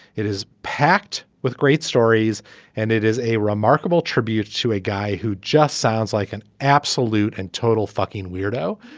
it is packed with great stories and it is a remarkable tribute to a guy who just sounds like an absolute and total fucking weirdo.